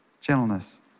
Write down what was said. gentleness